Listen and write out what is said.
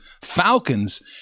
Falcons